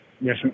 yes